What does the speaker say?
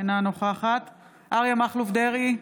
אינה נוכחת אריה מכלוף דרעי,